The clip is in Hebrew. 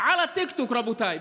על הטיקטוק, רבותיי.